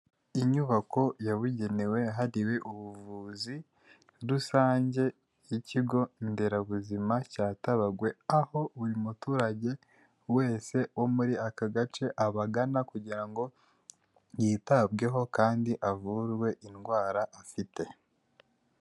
Inyubako yabugenewe yahariwe ubuvuzi rusange y'ikigo nderabuzima cya Tabagwe aho buri muturage wese wo muri aka gace abagana kugira ngo yitabweho kandi avurwe indwara afite.